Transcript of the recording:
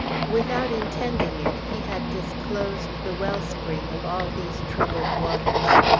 without intending it, he had disclosed the wellspring of all these troubled waters.